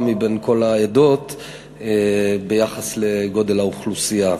מבין כל העדות ביחס לגודל האוכלוסייה.